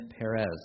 Perez